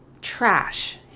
trash